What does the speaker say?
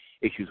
issues